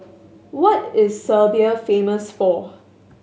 what is Serbia famous for